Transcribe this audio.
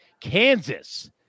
Kansas